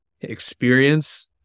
experience